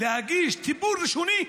להגיש טיפול ראשוני?